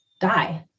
die